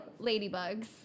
ladybugs